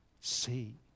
see